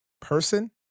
person